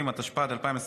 התשפ"ד 2024